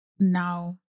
now